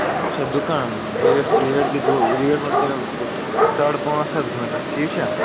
اچھا دُکان ریٹھ ویٹھ گٔے ساڈٕ پانٛژھ ہتھ گٲنٛٹس ٹھیٖک چھا